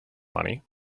money